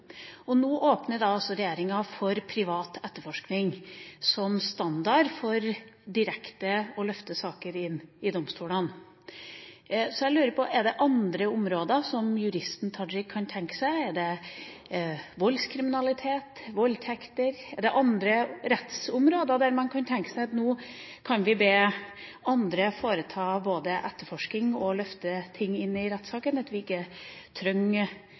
verden. Nå åpner altså regjeringa for privat etterforskning som standard for direkte å løfte saker inn i domstolene. Så da lurer jeg på om det også er andre områder som juristen Tajik kan tenke seg? Er det voldskriminalitet, voldtekter? Er det andre rettsområder der man kan tenke seg at nå kan vi be andre foreta både etterforskning og løfte ting inn i rettssaken,